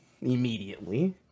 Immediately